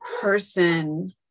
person